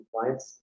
compliance